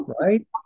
right